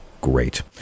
great